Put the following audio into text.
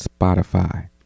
Spotify